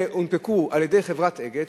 שהונפקו על-ידי חברת "אגד",